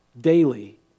daily